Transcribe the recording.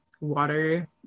water